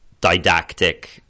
didactic